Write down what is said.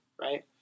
right